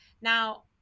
Now